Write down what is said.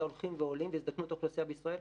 הולכים ועולים והזדקנות האוכלוסייה בישראל.